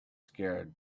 scared